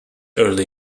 early